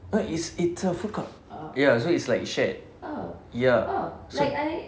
no it's it's a food court ya so it's like shared ya so